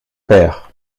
pair